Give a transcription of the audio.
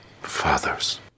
fathers